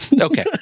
Okay